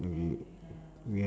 we have